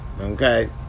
okay